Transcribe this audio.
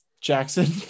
jackson